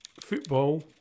football